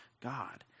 God